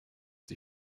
sie